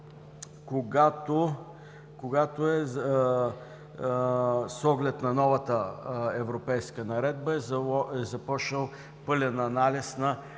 когато с оглед на новата европейска наредба е започнал пълен анализ на